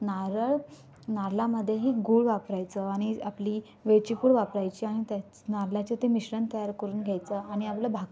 नारळ नारळामध्येही गुळ वापरायचं आणि आपली वेलची पूड वापरायची आणि त्याच नारळाचं ते मिश्रण तयार करून घ्यायचं आणि आपलं भाक